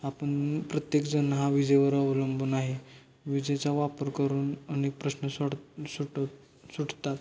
आपण प्रत्येकजण हा विजेवर अवलंबून आहे विजेचा वापर करून अनेक प्रश्न सोड सुट सुटतात